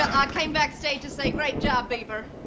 i came backstage to say great job, bieber.